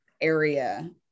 area